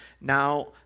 Now